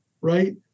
right